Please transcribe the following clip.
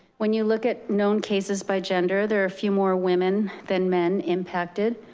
when you look at known cases by gender, there are a few more women than men impacted,